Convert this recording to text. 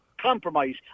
compromise